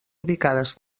ubicades